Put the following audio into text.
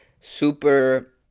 super